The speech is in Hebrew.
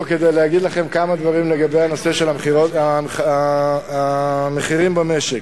כדי להגיד לכם כמה דברים על נושא המחירים במשק.